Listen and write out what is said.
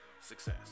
success